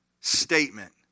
statement